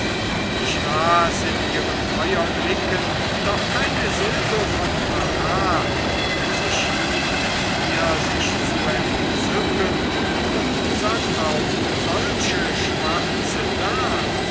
ich las in ihren feuerblicken doch keine silbe von verrat sie schien mit mir sich zu entzücken und sann auf solche schwarze tat